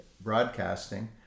broadcasting